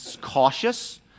cautious